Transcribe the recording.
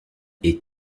est